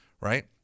right